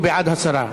הוא בעד הסרה.